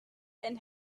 and